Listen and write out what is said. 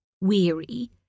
weary